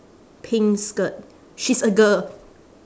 pink skirt she's a girl